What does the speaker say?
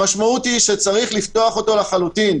המשמעות היא שצריך לפתוח אותו לחלוטין,